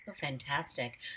Fantastic